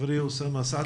חברי אוסאמה סעדי.